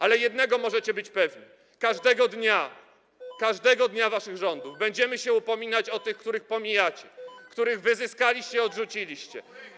Ale jednego możecie być pewni, każdego dnia waszych rządów będziemy się upominać o tych, których pomijacie, których wyzyskaliście i odrzuciliście.